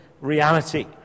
reality